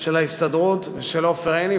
של ההסתדרות ושל עופר עיני,